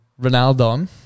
Ronaldo